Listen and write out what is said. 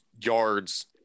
yards